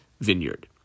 vineyard